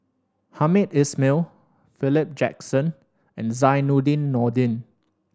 Hamed Ismail Philip Jackson and Zainudin Nordin